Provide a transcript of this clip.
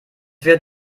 wird